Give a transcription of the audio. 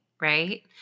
right